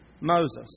Moses